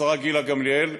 השרה גילה גמליאל,